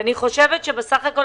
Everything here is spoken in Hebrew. בסך הכול,